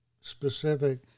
specific